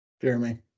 Jeremy